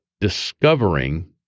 discovering